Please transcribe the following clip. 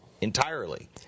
entirely